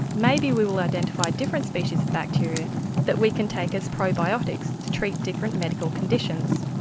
maybe we will identify different species of bacteria that we can take as probiotics to treat different medical conditions.